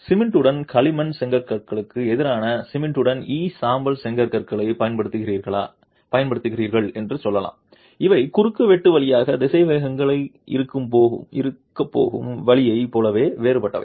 சிமெண்டுடன் களிமண் செங்கற்களுக்கு எதிராக சிமெண்டுடன் ஈ சாம்பல் செங்கற்களைப் பயன்படுத்துகிறீர்கள் என்று சொல்லலாம் இவை குறுக்கு வெட்டு வழியாக திசைவேகங்கள் இருக்கப்போகும் வழியைப் போலவே வேறுபட்டவை